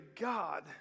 God